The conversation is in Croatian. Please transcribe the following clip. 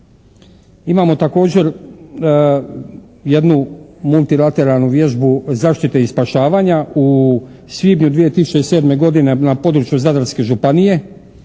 Imamo također jednu multilateralnu vježbu zaštite i spašavanja u svibnju 2007. godine na području Zadarske županije.